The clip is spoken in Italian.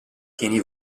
pieni